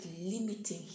limiting